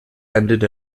ended